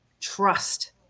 trust